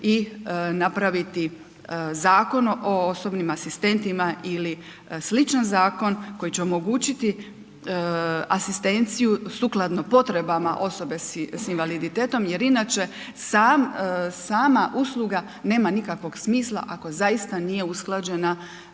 i napraviti Zakon o osobnim asistentima ili sličan zakon koji će omogućiti asistenciju sukladno potrebama osoba sa invaliditetom jer inače sama usluga nema nikakvog smisla ako zaista nije usklađena